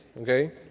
okay